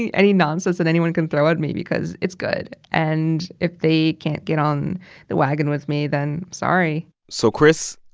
any nonsense that anyone can throw at me because it's good. and if they can't get on the wagon with me, then sorry so chris,